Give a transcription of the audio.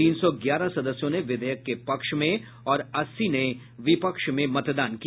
तीन सौ ग्यारह सदस्यों ने विधेयक के पक्ष में और अस्सी ने विपक्ष में मतदान किया